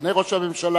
סגני ראש הממשלה,